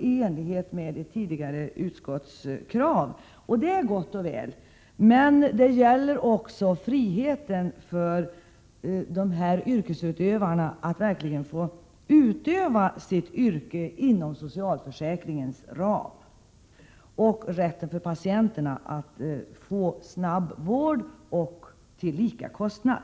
i enlighet med ett tidigare utskottskrav. Det är gott och väl. Men det gäller också friheten för dessa yrkesutövare att verkligen få utöva sitt yrke inom socialförsäkringens ram och rätten för patienterna att få snabb vård till lika kostnad.